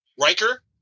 Riker